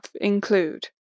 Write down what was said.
include